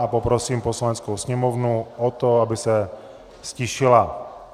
A poprosím Poslaneckou sněmovnu o to, aby se ztišila.